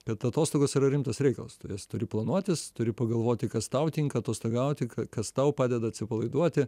kad atostogos yra rimtas reikalas tu jas turi planuotis turi pagalvoti kas tau tinka atostogauti k kas tau padeda atsipalaiduoti